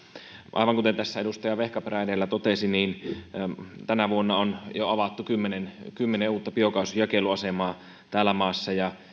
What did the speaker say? aivan kuten tässä edustaja vehkaperä edellä totesi tänä vuonna on jo avattu kymmenen kymmenen uutta biokaasujakeluasemaa tässä maassa ja